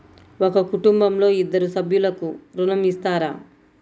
ఒక కుటుంబంలో ఇద్దరు సభ్యులకు ఋణం ఇస్తారా?